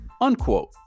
unquote